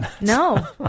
No